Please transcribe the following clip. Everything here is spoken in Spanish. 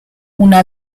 una